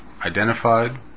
identified